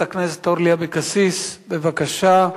חברת הכנסת אורלי אבקסיס, בבקשה.